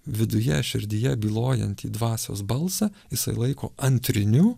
viduje širdyje bylojantį dvasios balsą jisai laiko antriniu